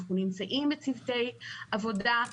אנחנו נמצאים בצוותי עבודה.